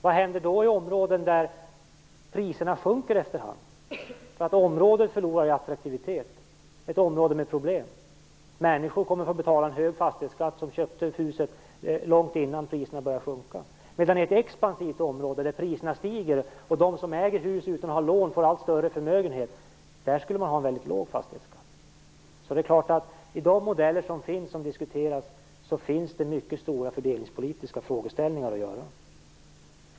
Vad händer då i områden med problem, där priserna sjunker efter hand därför att området förlorar i attraktivitet? Människor som köpte huset långt innan priserna började sjunka kommer att få betala en hög fastighetsskatt. I ett expansivt område där priserna stiger, och där de som äger hus utan att ha lån får en allt större förmögenhet skulle däremot fastighetsskatten vara väldigt låg. I de modeller som diskuteras finns det självfallet mycket stora fördelningspolitiska frågeställningar.